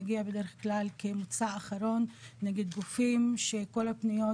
מגיע בדרך כלל כמוצא אחרון נגד גופים שכל הפניות